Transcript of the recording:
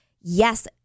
yes